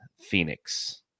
Phoenix